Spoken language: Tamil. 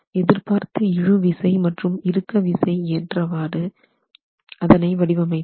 எதிர்பார்த்த இழுவிசை மற்றும் இறுக்க விசை ஏற்றவாறு அதனை வடிவமைத்தோம்